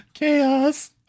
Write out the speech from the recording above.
Chaos